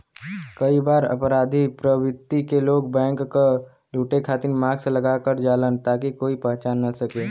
कई बार अपराधी प्रवृत्ति क लोग बैंक क लुटे खातिर मास्क लगा क जालन ताकि कोई पहचान न सके